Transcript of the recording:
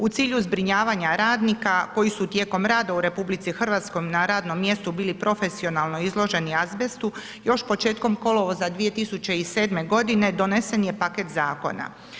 U cilju zbrinjavanja radnika koji su tijekom rada u RH na radnom mjestu bili profesionalno izloženi azbestu još početkom kolovoza 2007. godine donesen je paket zakona.